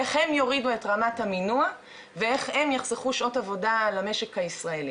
איך הם יורידו את רמת המינוע ואיך הם יחסכו שעות עבודה למשק הישראלי.